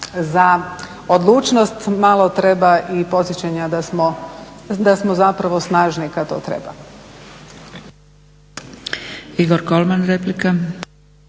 za odlučnost malo treba i podsjećanja da smo zapravo snažni kad to treba.